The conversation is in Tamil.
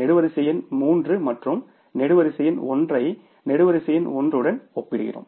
நெடுவரிசை எண் 3 மற்றும் நெடுவரிசை எண் 3 ஐ நெடுவரிசை எண் 1 உடன் ஒப்பிடுகிறோம்